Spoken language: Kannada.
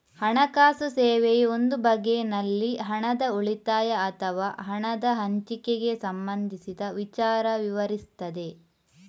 ಹಣಕಾಸು ಸೇವೆಯು ಒಂದು ಬಗೆನಲ್ಲಿ ಹಣದ ಉಳಿತಾಯ ಅಥವಾ ಹಣದ ಹಂಚಿಕೆಗೆ ಸಂಬಂಧಿಸಿದ ವಿಚಾರ ವಿವರಿಸ್ತದೆ